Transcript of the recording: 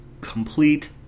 Complete